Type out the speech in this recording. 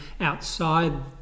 outside